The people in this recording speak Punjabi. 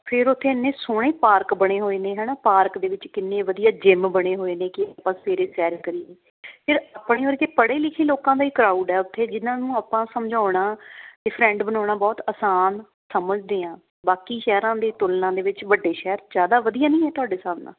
ਫਿਰ ਉੱਥੇ ਇੰਨੇ ਸੋਹਣੇ ਪਾਰਕ ਬਣੇ ਹੋਏ ਨੇ ਹੈ ਨਾ ਪਾਰਕ ਦੇ ਵਿੱਚ ਕਿੰਨੇ ਵਧੀਆ ਜਿਮ ਬਣੇ ਹੋਏ ਨੇ ਕਿ ਆਪਾਂ ਸਵੇਰੇ ਸੈਰ ਕਰੀਏ ਫਿਰ ਆਪਣੇ ਵਰਗੇ ਪੜ੍ਹੇ ਲਿਖੇ ਲੋਕਾਂ ਦਾ ਹੀ ਕਰਾਊਡ ਹੈ ਉੱਥੇ ਜਿਨਾਂ ਨੂੰ ਆਪਾਂ ਸਮਝਾਉਣਾ ਡਿਫਰੈਂਟ ਬਣਾਉਣਾ ਬਹੁਤ ਆਸਾਨ ਸਮਝਦੇ ਹਾਂ ਬਾਕੀ ਸ਼ਹਿਰਾਂ ਦੀ ਤੁਲਨਾ ਦੇ ਵਿੱਚ ਵੱਡੇ ਸ਼ਹਿਰ ਜ਼ਿਆਦਾ ਵਧੀਆ ਨਹੀਂ ਹੈ ਤੁਹਾਡੇ ਹਿਸਾਬ ਨਾਲ